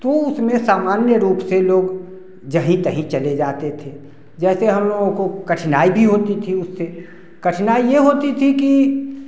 तो उसमें सामान्य रूप से लोग जहाँ तहाँ चले जाते थे जैसे हम लोगों को कठिनाई भी होती थी उससे कठिनाई ये होती थी कि